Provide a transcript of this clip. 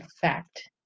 fact